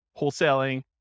wholesaling